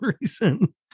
reason